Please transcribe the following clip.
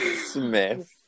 Smith